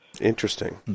Interesting